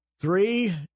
Three